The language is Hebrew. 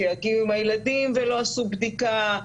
שיגיעו עם הילדים ולא עשו בדיקה,